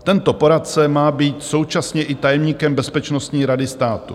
Tento poradce má být současně i tajemníkem bezpečnostní rady státu.